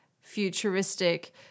futuristic